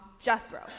Jethro